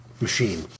machine